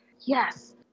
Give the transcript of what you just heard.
yes